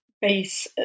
base